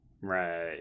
right